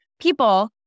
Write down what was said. people